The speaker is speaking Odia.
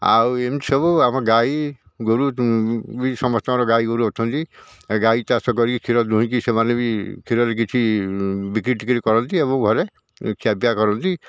ଆଉ ଏମିତି ସବୁ ଆମ ଗାଈ ଗୋରୁ ବି ସମସ୍ତଙ୍କର ଗାଈ ଗୋରୁ ଅଛନ୍ତି ଗାଈ ଚାଷ କରିକି କ୍ଷୀର ଦୁହିଁକି ସେମାନେ ବି କ୍ଷୀରରେ କିଛି ବିକ୍ରୀ ଫିକ୍ରି କରନ୍ତି ଏବଂ ଘରେ ଖିଆପିଆ କରନ୍ତି